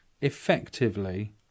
effectively